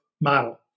model